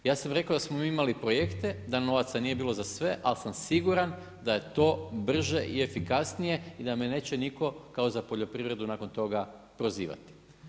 Ja sam rekao da smo mi imali projekte, da novaca nije bilo za sve, ali sam siguran da je to brže i efikasnije i da me neće niko kao za poljoprivredu nakon toga prozivati.